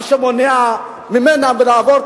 מה שמונע ממנה לעבור,